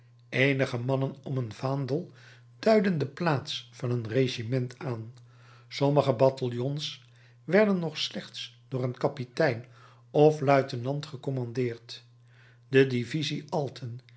eenige mannen om een vaandel duidden de plaats van een regiment aan sommige bataljons werden nog slechts door een kapitein of luitenant gecommandeerd de divisie alten